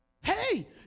Hey